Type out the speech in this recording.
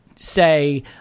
say